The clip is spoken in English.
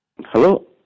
Hello